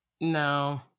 No